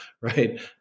right